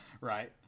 Right